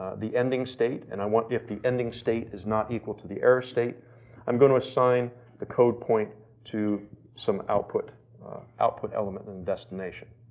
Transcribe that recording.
the ending state. and i want, if the ending state is not equal to the error state i'm gonna assign the code point to some output output element in the destination.